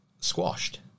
squashed